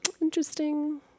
Interesting